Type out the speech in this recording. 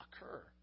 occur